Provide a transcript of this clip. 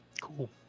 Cool